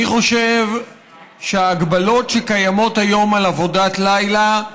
אני חושב שההגבלות שקיימות היום על עבודת לילה,